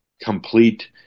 complete